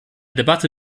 debatte